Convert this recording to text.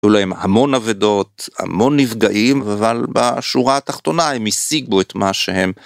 היו להם המון אבדות המון נפגעים אבל בשורה התחתונה הם השיגו את מה שהם